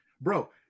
bro